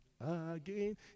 again